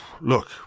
look